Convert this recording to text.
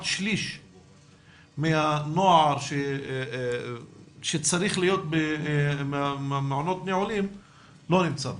שליש מהנוער שצריך להיות במעונות נעולים לא נמצא בהם.